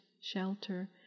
shelter